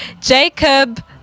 Jacob